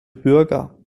bürger